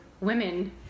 women